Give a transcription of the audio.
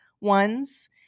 ones